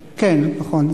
כן, נכון.